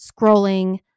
scrolling